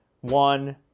One